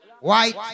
white